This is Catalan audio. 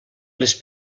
les